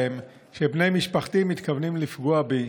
להם שבני משפחתי מתכוונים לפגוע בי,